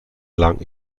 lang